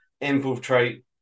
infiltrate